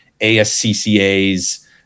ASCCA's